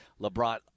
LeBron